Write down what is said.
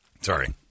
Sorry